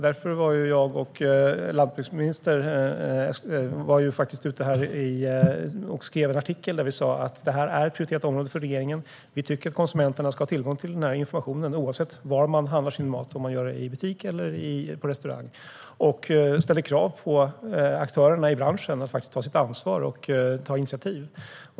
Därför skrev jag och landsbygdsministern en artikel där vi sa att detta är ett prioriterat område för regeringen. Vi tycker att konsumenterna ska ha tillgång till denna information oavsett var de handlar sin mat, om det är i butik eller på restaurang, och ställa krav på aktörerna i branschen att ta sitt ansvar och ta initiativ.